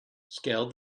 scaled